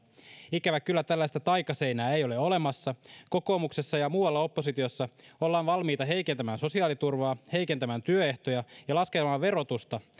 ikävä kyllä tällaista taikaseinää ei ole olemassa kokoomuksessa ja muualla oppositiossa ollaan valmiita heikentämään sosiaaliturvaa heikentämään työehtoja ja laskemaan verotusta